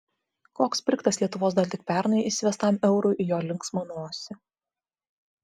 koks sprigtas lietuvos dar tik pernai įsivestam eurui į jo linksmą nosį